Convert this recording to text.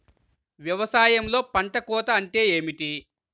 వ్యవసాయంలో పంట కోత అంటే ఏమిటి?